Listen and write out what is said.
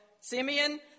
Simeon